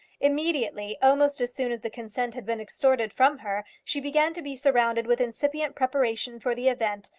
immediately almost as soon as the consent had been extorted from her she began to be surrounded with incipient preparation for the event,